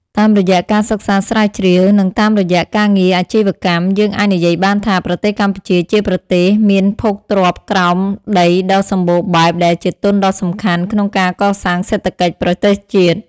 តាមរយៈការសិក្សាស្រាវជ្រាវ និងតាមរយៈការងារអាជីវកម្ម យើងអាចនិយាយបានថា ប្រទេសកម្ពុជាជាប្រទេសមានភោគទ្រព្យក្រោមដីដ៏សម្បូរបែបដែលជាទុនដ៏សំខាន់ក្នុងការកសាងសេដ្ឋកិច្ចប្រទេសជាតិ។